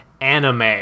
anime